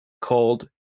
called